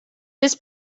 this